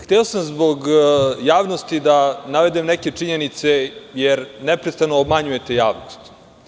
Hteo sam zbog javnosti da navedem neke činjenice, jer neprestano obmanjujete javnost.